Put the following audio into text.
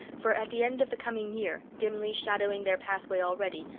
for at the end of the coming year, dimly shadowing their pathway already,